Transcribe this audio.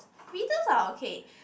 beetles are okay